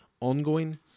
ongoing